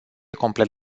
complet